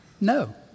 No